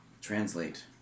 Translate